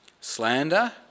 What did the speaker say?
slander